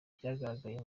byagaragaye